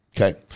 okay